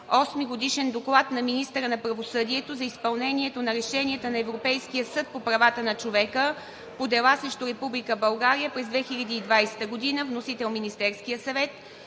Осми годишен доклад на министъра на правосъдието за изпълнението на решенията на Европейския съд по правата на човека по дела срещу Република България през 2020 г. Вносител – Министерският съвет.